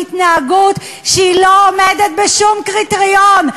להתנהגות שאינה עומדת בשום קריטריון.